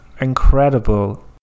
incredible